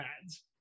pads